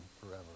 forever